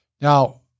Now